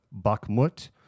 Bakhmut